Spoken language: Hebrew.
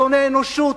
שונא אנושות,